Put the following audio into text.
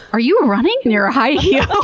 are you running in your ah high heels!